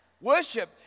Worship